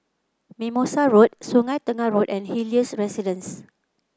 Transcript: Mimosa Road Sungei Tengah Road and Helios Residences